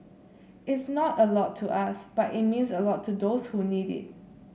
it's not a lot to us but it means a lot to those who need it